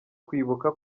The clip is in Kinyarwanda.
kwibuka